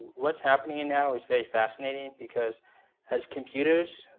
what's happening and now is very fascinating, because as computers